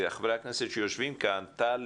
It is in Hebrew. חברי הכנסת שיושבים כאן- טלי